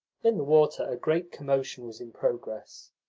in the water a great commotion was in progress.